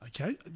Okay